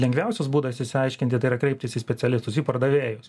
lengviausias būdas išsiaiškinti tai yra kreiptis į specialistus į pardavėjus